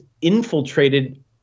infiltrated